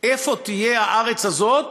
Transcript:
איפה תהיה הארץ הזאת